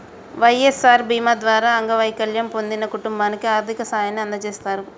వై.ఎస్.ఆర్ బీమా ద్వారా అంగవైకల్యం పొందిన కుటుంబానికి ఆర్థిక సాయాన్ని అందజేస్తారు